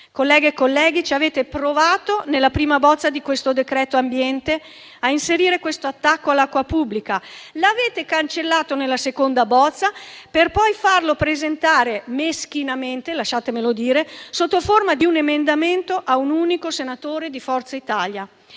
Colleghe e colleghi, nella prima bozza di questo decreto-legge ambiente avete provato a inserire un attacco all'acqua pubblica: l'avete cancellato nella seconda bozza, per poi farlo presentare - meschinamente, lasciatemelo dire - sotto forma di un emendamento da un unico senatore di Forza Italia.